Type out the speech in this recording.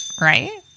right